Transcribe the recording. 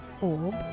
orb